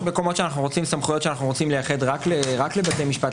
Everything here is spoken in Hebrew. יש מקומות שאנחנו רוצים לייחד סמכויות רק לבתי המשפט.